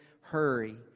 hurry